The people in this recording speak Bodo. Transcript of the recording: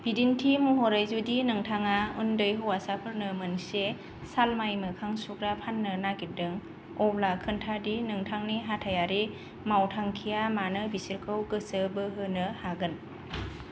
बिदिन्थि महरै जुदि नोंथाङा उन्दै हौवासाफोरनो मोनसे सालमाइ मोखां सुग्रा फाननो नागिरदों अब्ला खोनथा दि नोंथांनि हाथाइयारि मावथांखिया मानो बिसोरखौ गोसो बोहोनो हागोन